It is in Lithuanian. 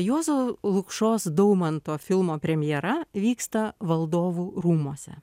juozo lukšos daumanto filmo premjera vyksta valdovų rūmuose